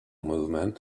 movement